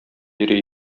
йөри